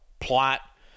plot